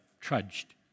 trudged